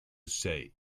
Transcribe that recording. say